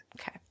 Okay